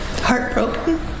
heartbroken